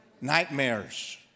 nightmares